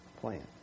plan